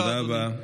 תודה רבה.